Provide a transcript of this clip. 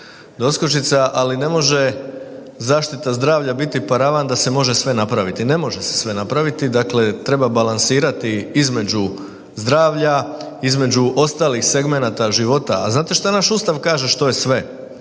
Ali ne može zaštita zdravlja biti paravan da se može sve napraviti. Ne može se sve napraviti. Dakle, treba balansirati između zdravlja, između ostalih segmenata života, a znate što naš Ustav kaže, što je sve?